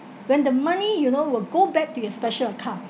when the money you know will go back to your special account